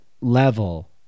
level